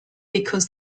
because